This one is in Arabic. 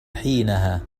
حينها